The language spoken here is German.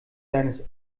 seines